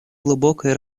глубокое